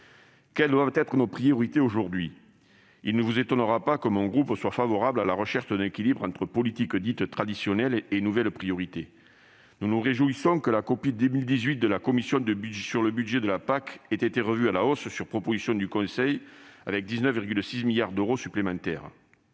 Quelles doivent être nos priorités aujourd'hui ? Vous ne serez pas étonnés que notre groupe soit favorable à la recherche d'un équilibre entre politiques dites « traditionnelles » et nouvelles priorités. Nous nous réjouissons que la copie de 2018 de la Commission sur le budget de la PAC ait été revue à la hausse sur proposition du Conseil, avec 19,6 milliards d'euros supplémentaires.